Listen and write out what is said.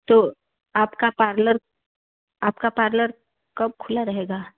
तो आपका पार्लर आपका पार्लर कब खुला रहेगा